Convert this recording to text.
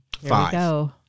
Five